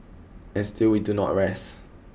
and still we do not rest